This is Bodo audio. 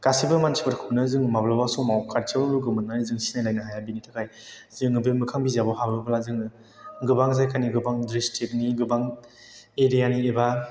गासैबो मानसिफोरखौनो जोङो माब्लाबा समाव खाथियाव लोगो मोना जों सिनायलायनो हाया बेनिथाखाय जोङो बे मोखां बिजाबाव हाबोब्ला जोङो गोबां जायगानि गोबां डिस्ट्रिक्ट नि गोबां एरिया नि एबा